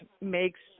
makes